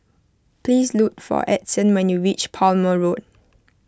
please look for Edson when you reach Palmer Road